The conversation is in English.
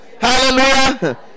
Hallelujah